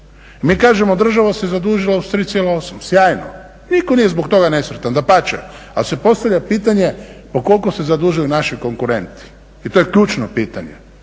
Mi kažemo država se zadužila uz 3,8, sjajno. Nitko nije zbog toga nesretan, dapače, ali se postavlja pitanje koliko se zadužuju naši konkurentni? To je ključno pitanje.